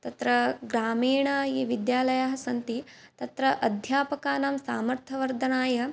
तत्र ग्रामीणाः ये विद्यालयाः सन्ति तत्र अध्यापकानां सामर्थ्यवर्धनाय